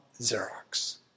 Xerox